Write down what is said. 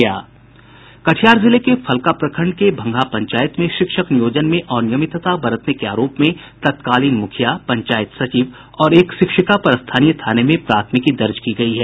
कटिहार जिले के फलका प्रखंड के भंगहा पंचायत में शिक्षक नियोजन में अनियमितता बरतने के आरोप में तत्कालीन मुखिया पंचायत सचिव और एक शिक्षिका पर स्थानीय थाने में प्राथमिकी दर्ज की गयी है